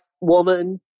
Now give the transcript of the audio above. woman